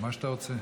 מה שאתה רוצה.